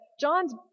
John's